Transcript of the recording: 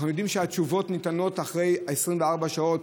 אנחנו יודעים שהתשובות ניתנות אחרי 24 שעות.